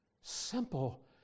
Simple